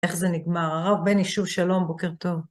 איך זה נגמר? הרב בני, שוב שלום, בוקר טוב.